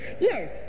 yes